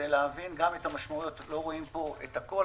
לא רואים פה את הכול,